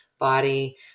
body